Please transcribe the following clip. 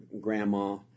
grandma